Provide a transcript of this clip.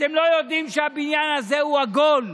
אתם לא יודעים שהבניין הזה הוא עגול,